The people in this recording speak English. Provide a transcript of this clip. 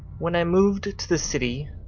when i moved to the city,